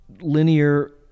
linear